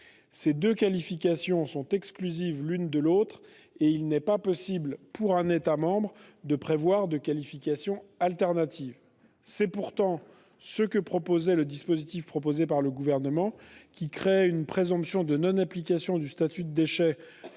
Ces deux qualifications sont exclusives l'une de l'autre, et il n'est pas possible pour un État membre de prévoir de qualification alternative. C'est pourtant ce que prévoit le dispositif proposé par le Gouvernement, qui crée une présomption de non-application du statut de déchet